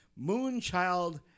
Moonchild